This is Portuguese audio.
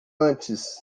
antes